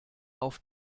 auf